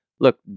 Look